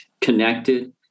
connected